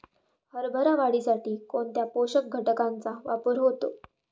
हरभरा वाढीसाठी कोणत्या पोषक घटकांचे वापर होतो?